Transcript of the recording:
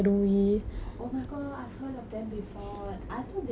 oh my god I've heard of them before I thought they split up